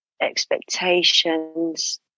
expectations